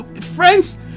friends